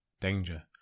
danger